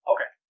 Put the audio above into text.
Okay